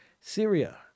Syria